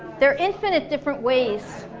there're infinite different ways